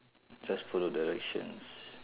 just follow directions